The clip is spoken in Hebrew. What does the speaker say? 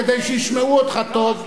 כדי שישמעו אותך טוב.